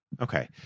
Okay